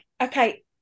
okay